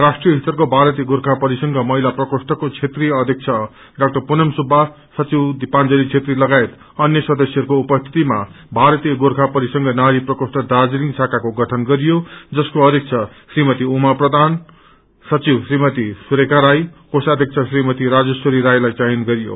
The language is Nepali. राष्ट्रिय स्तरको भारतीय गोर्खा परिसंघ महिला प्रकोष्टको क्षेत्रिय अध्यक्ष डा पुनम सुब्बा सचिव दिपाजंली छेत्री लगायत अन्य सदस्यहरूको उपस्थितिमा भारतीय गोर्खा परिसंघ नारी प्रकोष्ट दार्जीलिङ शाखाको गठन गरियो जसको अध्यक्ष श्रीमती उमा प्रधान सचिव श्रीमती सुरेखा राई कोषाध्यक्ष श्रीमती राजेश्वरी राईलाई चयन गरियो